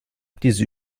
diese